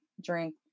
drink